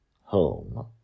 home